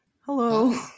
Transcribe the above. Hello